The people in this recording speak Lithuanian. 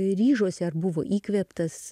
ryžosi ar buvo įkvėptas